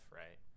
right